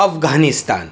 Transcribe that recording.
Afghanistan